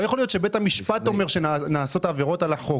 לא יכול להיות שבית המשפט אומר שנעשות עבירות על החוק.